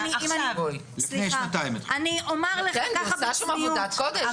אני אומר לך ככה בצניעות.